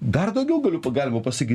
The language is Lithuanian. dar daugiau galiu pa galima pasakyt